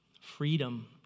Freedom